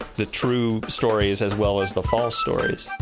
the true stories, as well as the false stories